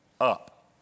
Up